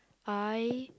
I